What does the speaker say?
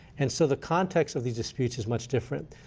and so the context of the disputes is much different.